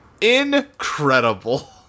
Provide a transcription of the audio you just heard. Incredible